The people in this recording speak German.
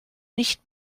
nicht